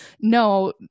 No